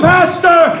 Pastor